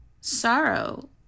sorrow